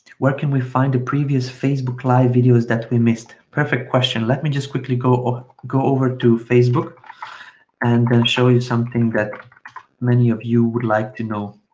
where can we find the previous facebook live videos that we missed? perfect question. let me just quickly go, go over to facebook and show you something that many of you would like to know.